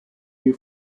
new